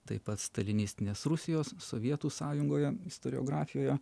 taip pat stalinistinės rusijos sovietų sąjungoje istoriografijoje